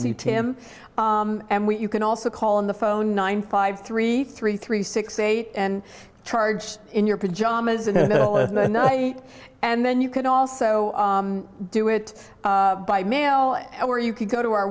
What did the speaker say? see tim and we you can also call in the phone nine five three three three six eight and charge in your pajamas in the middle of the night and then you could also do it by mail or you could go to